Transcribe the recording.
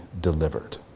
delivered